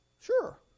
Sure